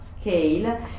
scale